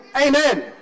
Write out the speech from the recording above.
Amen